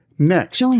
Next